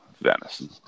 Venison